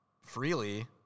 freely